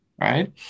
right